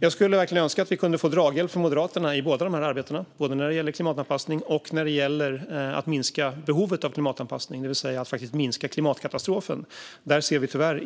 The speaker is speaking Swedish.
Jag skulle verkligen önska att vi kunde få draghjälp från Moderaterna i båda dessa arbeten - både när det gäller klimatanpassning och när det gäller att minska behovet av klimatanpassning, det vill säga att faktiskt minska klimatkatastrofen. Där ser vi tyvärr